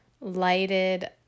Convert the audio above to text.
lighted